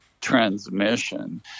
transmission